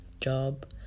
job